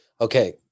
Okay